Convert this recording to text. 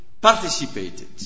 participated